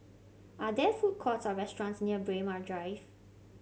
are there food courts or restaurants near Braemar Drive